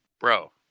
bro